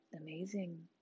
amazing